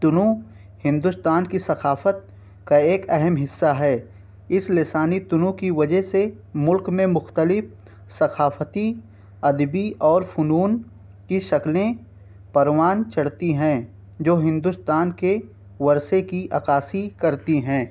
تنو ہندوستان کی ثقافت کا ایک اہم حصّہ ہے اس لسانی تنو کی وجہ سے ملک میں مختلف ثقافتی ادبی اور فنون کی شکلیں پروان چڑھتی ہیں جو ہندوستان کے ورثے کی عکّّاسی کرتی ہیں